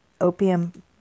opium